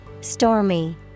stormy